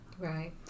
right